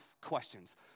questions